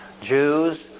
Jews